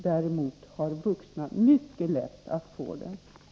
Däremot har vuxna mycket lätt att göra sig hörda.